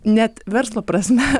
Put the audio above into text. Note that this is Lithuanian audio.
net verslo prasme